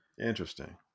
Interesting